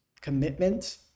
commitment